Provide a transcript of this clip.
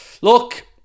Look